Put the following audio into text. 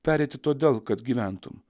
pereiti todėl kad gyventum